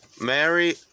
Mary